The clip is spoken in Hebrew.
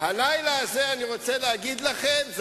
כאשר אלי אפללו מהאופוזיציה מדבר אינני מרשה לכם להפריע.